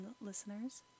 listeners